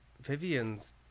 Vivian's